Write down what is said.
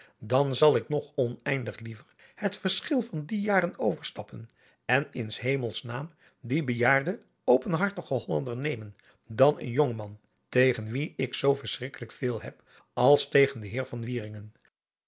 dan zal ik nog oneindig liever het verschil van die jaren overstappen en in s hemels naaam dien bejaarden openhartigen hollander nemen dan een jongman tegen wien ik zoo verschrikkelijk veel heb als tegen den heer